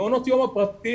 מעונות היום הפרטיים,